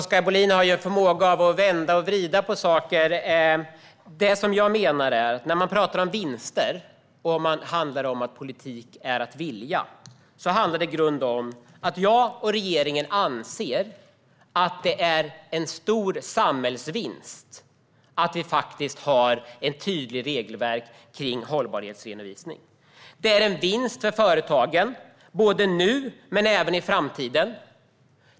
Fru talman! Carl-Oskar Bohlin har en förmåga att vända och vrida på saker. Det jag menar när jag pratar om vinster och om att politik är att vilja är i grunden att jag och regeringen anser att det är en stor samhällsvinst att vi har ett tydligt regelverk kring hållbarhetsredovisning. Det är en vinst för företagen, både nu och i framtiden.